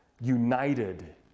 united